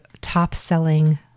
top-selling